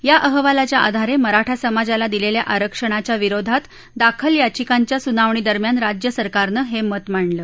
या अहवालाच्या आधारे मराठा समाजाला दिलेल्या आरक्षणाच्या विरोधात दाखल याचिकांच्या सूनावणीदरम्यान राज्य सरकारनं हे मत मांडलं